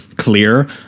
clear